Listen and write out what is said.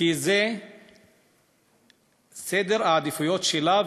כי זה סדר העדיפויות שלה,